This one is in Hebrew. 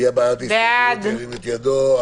מי בעד ההסתייגות, ירים את ידו.